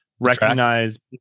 Recognize